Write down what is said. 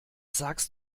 sagst